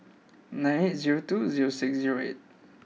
nine eight zero two zero six zero eight